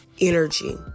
energy